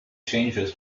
changes